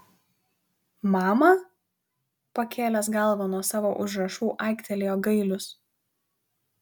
mama pakėlęs galvą nuo savo užrašų aiktelėjo gailius